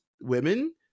women